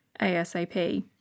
ASAP